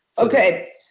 Okay